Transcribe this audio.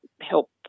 help